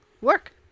Work